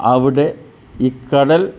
അവിടെ ഈ കടൽ